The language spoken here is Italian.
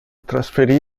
trasferì